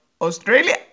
Australia